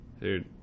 dude